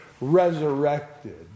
resurrected